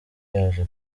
yaje